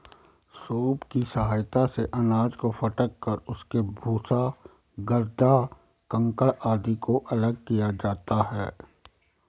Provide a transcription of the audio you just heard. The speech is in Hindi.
सूप की सहायता से अनाज को फटक कर उसके भूसा, गर्दा, कंकड़ आदि को अलग किया जाता है